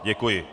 Děkuji.